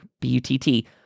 B-U-T-T